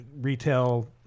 retail